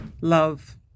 love